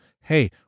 hey